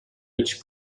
mig